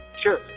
Sure